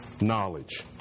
knowledge